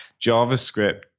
JavaScript